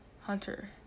Hunter